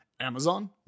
Amazon